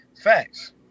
Facts